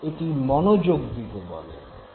এটি মনোযোগ দিতে বলে